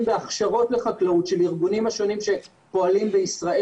בהכשרות לחקלאות של הארגונים השונים שפעילים בישראל.